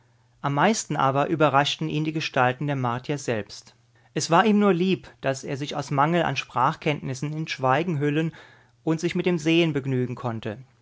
am meisten aber überraschten ihn die gestalten der martier selbst es war ihm nur lieb daß er sich aus mangel an sprachkenntnissen in schweigen hüllen und sich mit dem sehen begnügen konnte